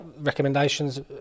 recommendations